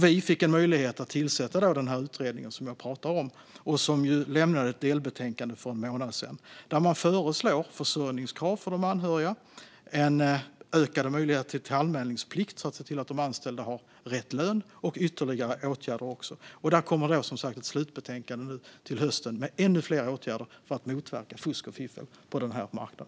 Vi fick då möjlighet att tillsätta den utredning jag pratar om, som för en månad sedan lämnade ett delbetänkande där man föreslår försörjningskrav för de anhöriga, en ökad möjlighet till anmälningsplikt för att se till att de anställda har rätt lön och även ytterligare åtgärder. Till hösten kommer som sagt ett slutbetänkande med ännu fler åtgärder för att motverka fusk och fiffel på denna marknad.